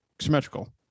symmetrical